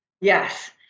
Yes